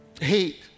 Hate